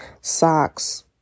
socks